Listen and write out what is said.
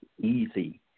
easy